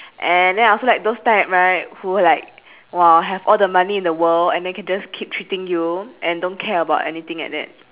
and then I also like those type right who like !wah! have all the money in the world and then can just keep treating you and don't care about anything like that